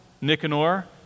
Nicanor